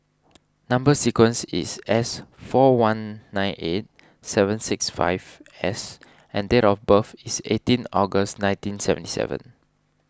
Number Sequence is S four one nine eight seven six five S and date of birth is eighteen August nineteen seventy seven